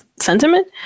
sentiment